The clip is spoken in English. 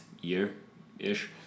year-ish